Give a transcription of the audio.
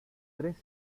tres